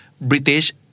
British